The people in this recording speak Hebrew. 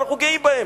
ואנחנו גאים בהם.